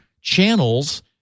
channels